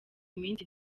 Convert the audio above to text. iminsi